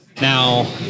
Now